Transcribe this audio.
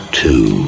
two